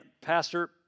pastor